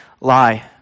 lie